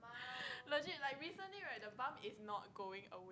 legit like recently right the bump is not going away